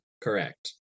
Correct